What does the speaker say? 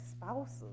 spouses